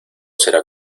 será